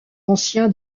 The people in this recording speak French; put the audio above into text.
ancien